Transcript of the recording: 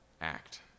act